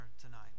tonight